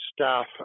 staff